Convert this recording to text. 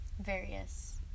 various